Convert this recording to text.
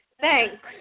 thanks